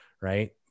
right